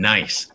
Nice